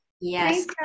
yes